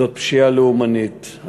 זאת פשיעה לאומנית,